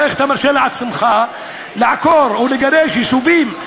איך אתה מרשה לעצמך לעקור ולגרש יישובים,